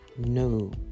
No